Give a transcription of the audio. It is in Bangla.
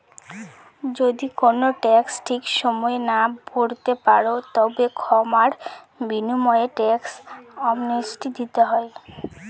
যদি কোনো ট্যাক্স ঠিক সময়ে না ভরতে পারো, তবে ক্ষমার বিনিময়ে ট্যাক্স অ্যামনেস্টি দিতে হয়